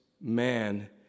man